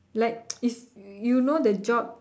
like is you know the job